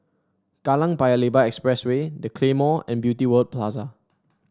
Kallang Paya Lebar Expressway The Claymore and Beauty World Plaza